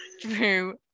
Drew